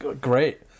great